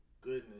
goodness